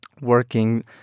working